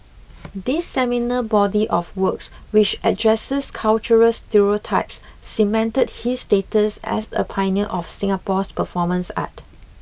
this seminal body of works which addresses cultural stereotypes cemented his status as a pioneer of Singapore's performance art